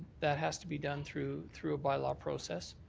that has to be done through through a bylaw process.